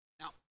Now